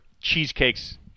cheesecakes